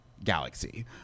Galaxy